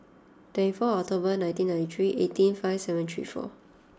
twenty four October nineteen ninety three eighteen five seven three four